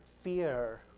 Fear